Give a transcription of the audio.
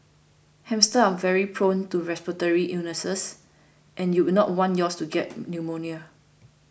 hamsters are very prone to respiratory illnesses and you would not want yours to get pneumonia